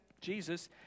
Jesus